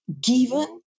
given